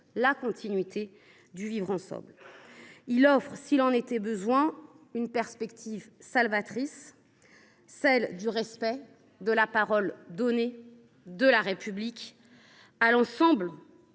la continuité du vivre ensemble. Il offre, s’il en était besoin, une perspective salvatrice : celle du respect de la parole donnée de la République à l’ensemble